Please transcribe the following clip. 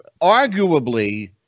arguably